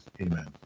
Amen